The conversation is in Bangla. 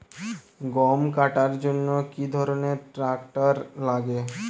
গম কাটার জন্য কি ধরনের ট্রাক্টার লাগে?